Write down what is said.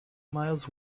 miles